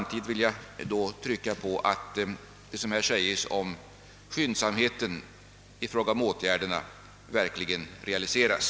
Samtidigt vill jag betona att det som sägs om skyndsamheten i fråga om åtgärder verkligen realiseras.